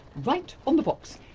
right on the box!